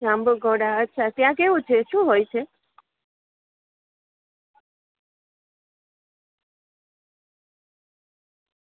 જાંબુઘોડા અચ્છા ત્યાં કેવું છે શું હોય છે